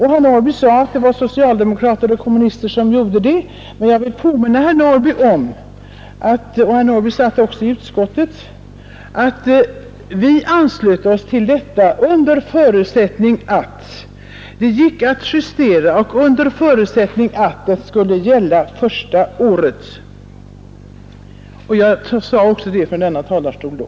Herr Norrby sade att det var socialdemokrater och kommunister som stod bakom beslutet, men jag vill påminna herr Norrby om — och herr Norrby satt med i utskottet — att vpk anslöt sig till detta under förutsättning att systemet gick att justera och under förutsättning att det skulle gälla första året. Jag sade det också från denna talarstol.